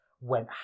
went